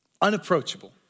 unapproachable